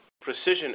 precision